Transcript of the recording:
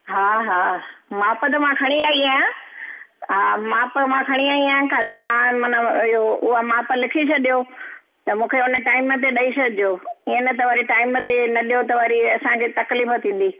हा हा माप त मां खणी आई आहियां हा माप मां खणी आई आहियां ख़ाली तव्हां उन उहा माप लिखी छॾियो त मूंखे उन टाइम ते ॾेई छॾिजो इएं न त वरी टाइम ते न ॾियो त वरी असांखे तकलीफ़ु थींदी